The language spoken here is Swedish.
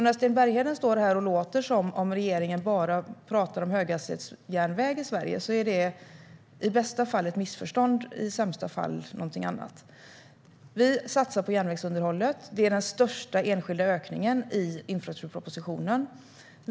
När Sten Bergheden står här och låter som att regeringen bara pratar om höghastighetsjärnväg i Sverige är det i bästa fall ett missförstånd och i sämsta fall någonting annat. Vi satsar på järnvägsunderhållet. Det är den största enskilda ökningen i infrastrukturpropositionen.